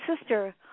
sister